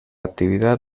actividad